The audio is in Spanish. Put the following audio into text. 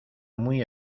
muy